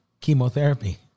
chemotherapy